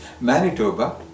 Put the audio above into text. Manitoba